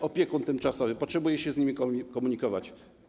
Opiekun tymczasowy potrzebuje się z nimi komunikować.